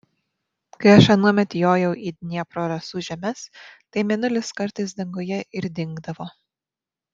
kai aš anuomet jojau į dniepro rasų žemes tai mėnulis kartais danguje ir dingdavo